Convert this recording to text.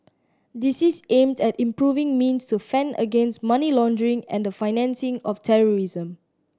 this is aimed at improving means to fend against money laundering and the financing of terrorism